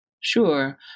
sure